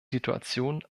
situation